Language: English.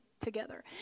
together